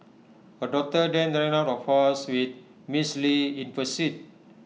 her daughter then ran out of house with Ms li in pursuit